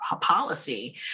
policy